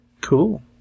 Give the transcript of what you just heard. Cool